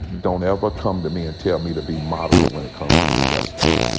don't ever come to me and tell me to be moderate when it comes to injustice